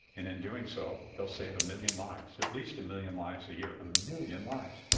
and in doing so, they'll save a million lives at least a million lives a year. a million lives.